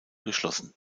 geschlossen